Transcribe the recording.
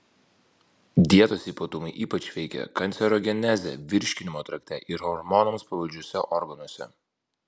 dietos ypatumai ypač veikia kancerogenezę virškinimo trakte ir hormonams pavaldžiuose organuose